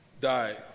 die